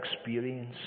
experience